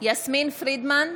יסמין פרידמן,